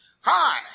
Hi